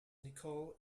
nicole